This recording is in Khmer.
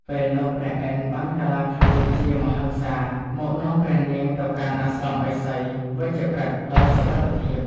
ពេលនោះព្រះឥន្ទ្របានកាឡាខ្លួនជាមហិង្សាមកនាំព្រះនាងទៅកាន់អាស្រមឥសី «វជ្ជប្រិត» ដោយសុវត្ថិភាព។